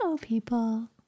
people